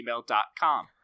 gmail.com